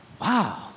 wow